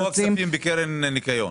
אפרופו הכספים בקרן ניקיון.